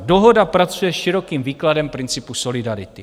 Dohoda pracuje s širokým výkladem principu solidarity.